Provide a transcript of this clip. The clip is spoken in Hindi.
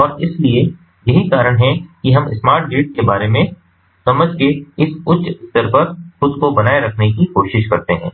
और इसलिए यही कारण है कि हम स्मार्ट ग्रिड के बारे में समझ के इस उच्च स्तर पर खुद को बनाए रखने की कोशिश करते हैं